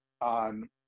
on